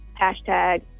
hashtag